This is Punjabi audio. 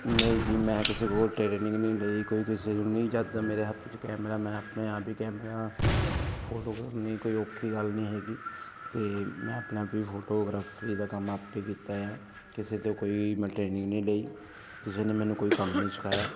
ਨਹੀਂ ਜੀ ਮੈਂ ਕਿਸੇ ਹੋਰ ਟ੍ਰੇਨਿੰਗ ਨਹੀਂ ਲਈ ਕੋਈ ਕਿਸੇ ਨੂੰ ਨਹੀਂ ਜਦੋਂ ਦਾ ਮੇਰੇ ਹੱਥ 'ਚ ਕੈਮਰਾ ਮੈਂ ਆਪਣੇ ਆਪ ਹੀ ਕੈਮਰਾ ਫੋਟੋ ਨਹੀਂ ਕੋਈ ਔਖੀ ਗੱਲ ਨਹੀਂ ਹੈਗੀ ਅਤੇ ਮੈਂ ਆਪਣੇ ਆਪ ਵੀ ਫੋਟੋਗ੍ਰਾਫੀ ਦਾ ਕੰਮ ਆਪੇ ਕੀਤਾ ਆ ਕਿਸੇ ਤੋਂ ਕੋਈ ਮੈਂ ਟ੍ਰੇਨਿੰਗ ਨਹੀਂ ਲਈ ਕਿਸੇ ਨੇ ਮੈਨੂੰ ਕੋਈ ਕੰਮ ਨਹੀਂ ਸਿਖਾਇਆ